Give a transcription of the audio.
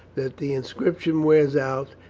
that the inscription wears out,